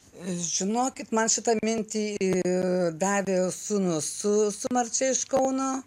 žinokit man šitą mintį davė sūnus su su marčia iš kauno